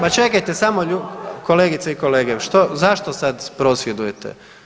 Ma čekajte samo, kolegice i kolege, što, zašto sad prosvjedujete?